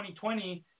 2020